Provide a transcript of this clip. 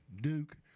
Duke